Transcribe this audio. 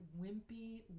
wimpy